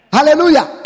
Hallelujah